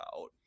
out